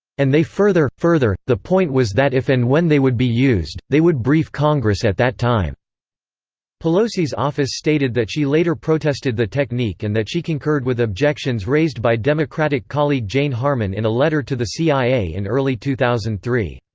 and they further further, the point was that if and when they would be used, they would brief congress at that time pelosi's office stated that she later protested the technique and that she concurred with objections raised by democratic colleague jane harman in a letter to the cia in early two thousand and three.